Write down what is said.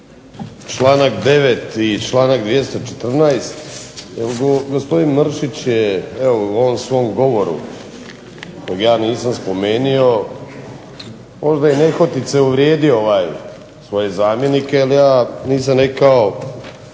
Članak 9. i članak 214. Gospodin Mršić je evo u ovom svom govoru kojeg ja nisam spomenuo možda i nehotice uvrijedio ove svoje zamjenike, jer ja nisam rekao